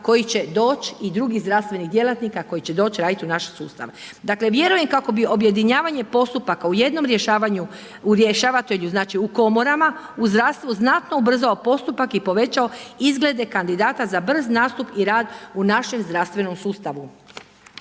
koji će doći i drugih zdravstvenih djelatnika koji će doći raditi u naš sustav. Dakle, vjerujem kako bi objedinjavanje postupaka u jednom rješavanju, u rješavatelju, znači u komorama u zdravstvu znatno ubrzao postupak i povećao izglede kandidata za brz nastup i rad u našem zdravstvenom sustavu.